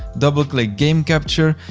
double click game capture.